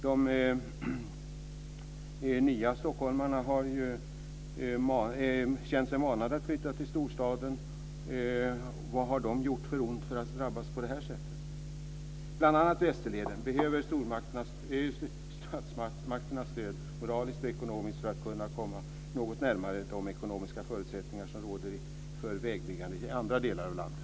De nya stockholmarna känner sig manade att flytta till storstaden. Vad har de gjort för ont för att drabbas på det sättet? Bl.a. Västerleden behöver statsmakternas stöd moraliskt och ekonomiskt för att komma något närmare de ekonomiska förutsättningar som råder för vägbyggande i andra delar av landet.